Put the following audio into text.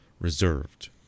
reserved